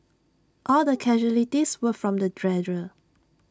all the casualties were from the dredger